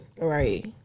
Right